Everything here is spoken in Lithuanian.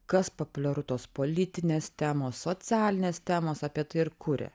kas populiaru tos politinės temos socialinės temos apie tai ir kuria